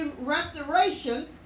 restoration